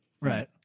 right